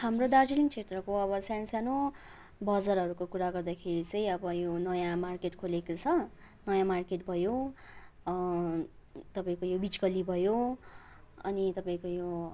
हाम्रो दार्जिलिङ क्षेत्रको अब सानसानो बजारहरूको कुरा गर्दाखेरि चाहिँ अब यो नयाँ मार्केट खोलेको छ नयाँ मार्केट भयो तपाईँको यो बिचगल्ली भयो अनि तपाईँको यो